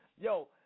Yo